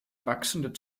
wachsende